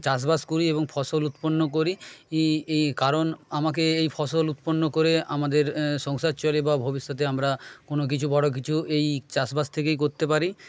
চাষবাস করি এবং ফসল উৎপন্ন করি কারণ আমাকে এই ফসল উৎপন্ন করে আমাদের সংসার চলে বা ভবিষ্যতে আমরা কোনো কিছু বড়ো কিছু এই চাষবাস থেকেই করতে পারি